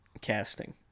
casting